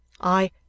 I—